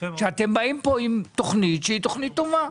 כשאתם באים פה עם תכנית שהיא תכנית טובה?